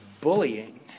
bullying